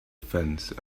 fence